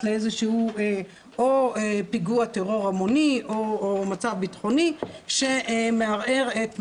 לאיזה שהוא או פיגוע טרור המוני או מצב בטחוני שמערער את מצבם.